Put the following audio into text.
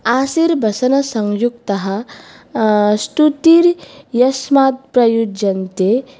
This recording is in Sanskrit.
आशीर्वचन संयुक्तः स्तुतिर्यस्मात् प्रयुज्यन्ते